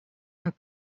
amb